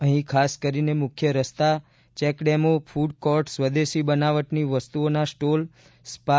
અહીં ખાસ કરીને મુખ્ય રસ્તા ચેકડેમો ફૂડ કોર્ટ સ્વદેશી બનાવટની વસ્તુઓના સ્ટોલ સ્પા